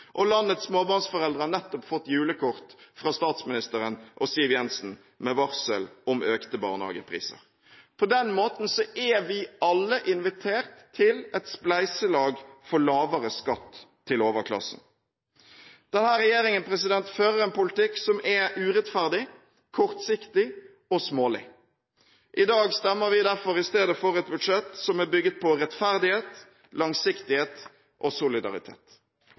og landets småbarnsforeldre har nettopp fått julekort fra statsministeren og Siv Jensen med varsel om økte barnehagepriser. På den måten er vi alle invitert til et spleiselag for lavere skatt til overklassen. Denne regjeringen fører en politikk som er urettferdig, kortsiktig og smålig. I dag stemmer vi i stedet for et budsjett som er bygget på rettferdighet, langsiktighet og solidaritet.